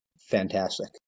fantastic